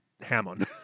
Hammond